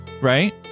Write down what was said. right